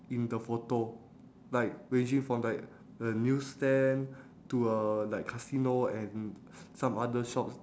in the photo like ranging from like the news stand to uh like casino and some other shops